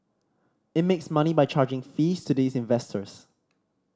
it makes money by charging fees to these investors